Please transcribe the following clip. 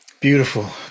beautiful